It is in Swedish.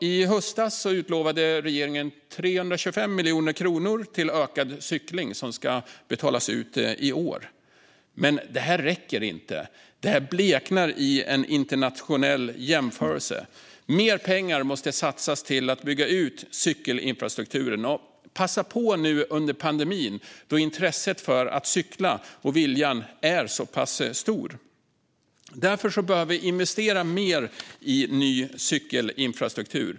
I höstas utlovade regeringen 325 miljoner kronor till ökad cykling, som ska betalas ut i år. Men det här räcker inte, och det bleknar i en internationell jämförelse. Mer pengar måste satsas på att bygga ut cykelinfrastrukturen. Passa på nu under pandemin då intresset för och viljan att cykla är så pass stor! Därför behöver vi investera mer i ny cykelinfrastruktur.